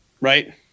right